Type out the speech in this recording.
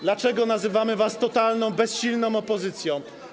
Dlaczego nazywamy was totalną, bezsilną opozycją?